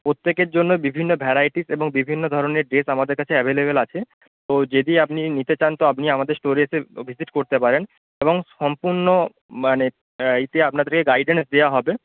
প্রত্যেকের জন্য বিভিন্ন ভ্যারাইটিস এবং বিভিন্ন ধরনের ড্রেস আমাদের কাছে অ্যাভেলেবল আছে তো যদি আপনি নিতে চান তো আপনি আমাদের স্টোরে এসে ভিজিট করতে পারেন এবং সম্পূর্ণ মানে এইতে আপনাদেরকে গাইডেন্স দেওয়া হবে